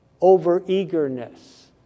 over-eagerness